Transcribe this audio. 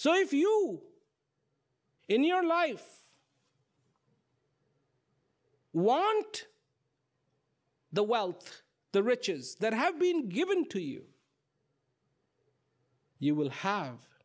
so if you in your life want the wealth the riches that have been given to you you will have